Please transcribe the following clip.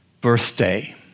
birthday